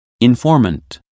informant